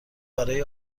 برای